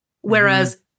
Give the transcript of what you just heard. whereas